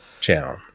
channel